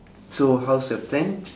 so how's your plan